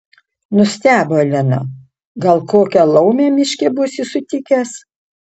nustebo elena gal kokią laumę miške būsi sutikęs